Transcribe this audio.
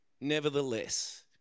nevertheless